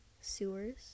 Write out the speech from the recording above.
Sewers